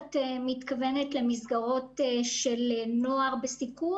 האם את מתכוונת למסגרות של נוער בסיכון,